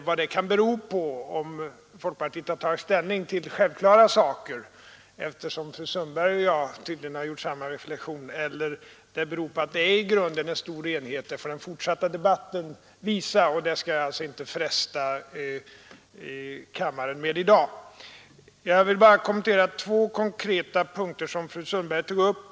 Vad det kan bero på — och om folkpartiet har tagit ställning till självklara frågor, eftersom fru Sundberg och jag tydligen har gjort samma reflexion, eller om det i grunden råder stor enighet — får den fortsatta debatten utvisa, och jag skall inte fresta kammarens tålamod med att diskutera det i dag. Jag vill bara kommentera två konkreta synpunkter som fru Sundberg tog upp.